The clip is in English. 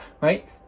right